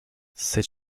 cette